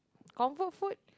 comfort food